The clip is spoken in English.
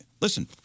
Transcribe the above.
listen